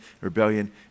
rebellion